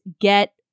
get